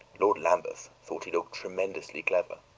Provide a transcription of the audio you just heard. lord lambeth thought he looked tremendously clever.